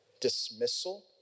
dismissal